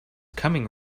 coming